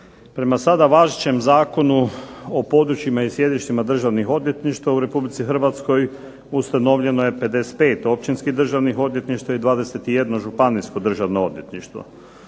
Prema sada važećem Zakonu o područjima i sjedištima državnih odvjetništava u RH ustanovljeno je 55 općinskih državnih odvjetništava i 21 županijsko državno odvjetništvo.